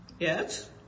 Yes